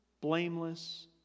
blameless